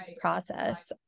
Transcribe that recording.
process